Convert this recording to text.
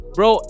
Bro